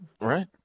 right